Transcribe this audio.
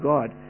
God